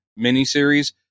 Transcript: miniseries